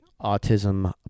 Autism